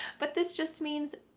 but this just means,